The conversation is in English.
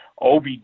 OB